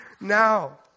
now